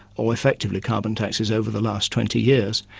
or effectively carbon taxes, over the last twenty years.